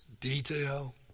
detail